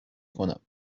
کنم